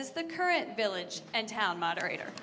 is the current village and town moderator